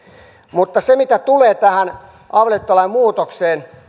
mutta mitä tulee tähän avioliittolain muutokseen